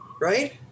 right